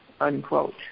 unquote